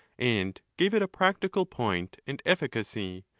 and gave it a practical point and efficacy,